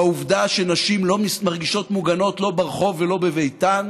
בעובדה שנשים לא מרגישות מוגנות לא ברחוב ולא בביתן,